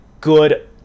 good